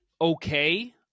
okay